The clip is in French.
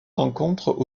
rencontres